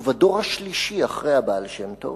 ובדור השלישי אחרי הבעל שם טוב